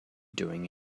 doing